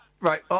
Right